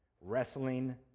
wrestling